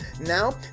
Now